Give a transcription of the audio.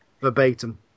Verbatim